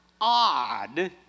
odd